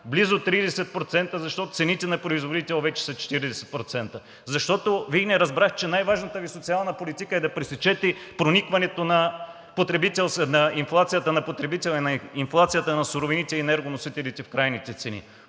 близо 30%, защото цените на производител вече са 40%. Защото Вие не разбрахте, че най-важната Ви социална политика е да пресечете проникването на инфлацията на суровините и на енергоносителите в крайните цени.